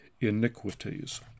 iniquities